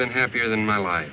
been happier than my life